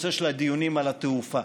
בנושא של הדיונים על התעופה.